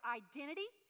identity